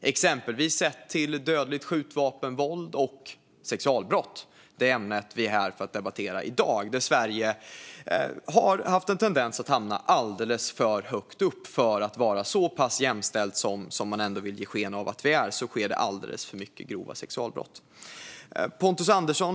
Det gäller exempelvis dödligt skjutvapenvåld och sexualbrott, det ämne vi är här för att debattera i dag. Sverige har haft en tendens att hamna alldeles för högt upp på den listan. För att vara så pass jämställt som man vill ge sken av att Sverige är sker det alldeles för många grova sexualbrott här.